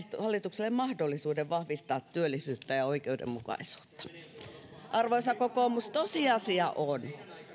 hallitukselle mahdollisuuden vahvistaa työllisyyttä ja oikeudenmukaisuutta arvoisa kokoomus tosiasia on